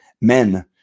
men